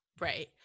Right